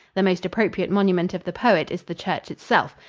the most appropriate monument of the poet is the church itself,